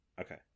Okay